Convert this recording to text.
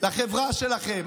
לחברה שלכם?